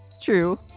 true